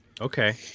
Okay